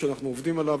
שאנחנו עובדים עליו,